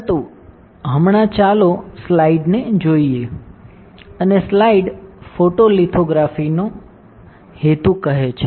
પરંતુ હમણાં ચાલો સ્લાઇડ જોઈએ અને સ્લાઇડ ફોટોલિથોગ્રાફીનો હેતુ કહે છે